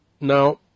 Now